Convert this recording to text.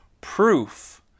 Proof